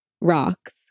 rocks